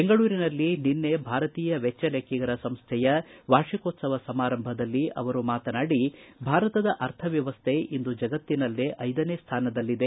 ಬೆಂಗಳೂರಿನಲ್ಲಿ ನಿನ್ನೆ ಭಾರತೀಯ ವೆಚ್ಚ ಲೆಕ್ಕಿಗರ ಸಂಸ್ಟೆಯ ವಾರ್ಷಿಕೋತ್ಲವ ಸಮಾರಂಭದಲ್ಲಿ ಅವರು ಮಾತನಾಡಿ ಭಾರತದ ಅರ್ಥವ್ಯವಸ್ಟೆ ಇಂದು ಜಗತ್ತಿನಲ್ಲೇ ಐದನೇ ಸ್ವಾನದಲ್ಲಿದೆ